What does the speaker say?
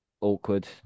awkward